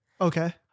Okay